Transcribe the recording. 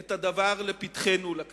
את הדבר לפתחנו, לכנסת.